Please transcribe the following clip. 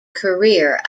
career